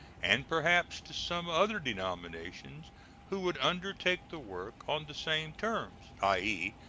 and perhaps to some other denominations who would undertake the work on the same terms i e.